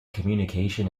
communication